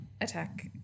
attack